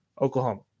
oklahoma